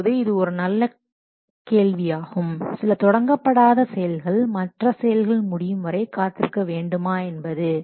இப்போது இது ஒரு நல்ல கேள்வியாகும் சில தொடங்கப்படாத செயல்கள் மற்ற செயல்கள் முடியும்வரை காத்திருக்க வேண்டுமா என்பது